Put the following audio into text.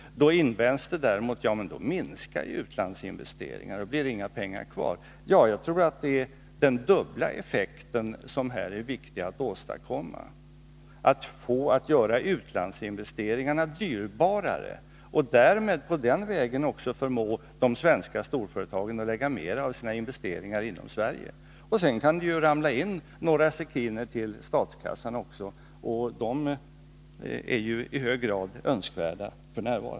Då invänder någon att utlandsinvesteringarna minskar, så att det inte blir några pengar kvar. Jag tror emellertid att det är viktigt att åstadkomma dubbel effekt: att göra utlandsinvesteringarna dyrbarare och därmed förmå de svenska storföretagen att förlägga mer av investeringarna i Sverige, och sedan kan det ju också ramla in några sekiner till statskassan, och det är ju f.n. i hög grad önskvärt.